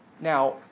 Now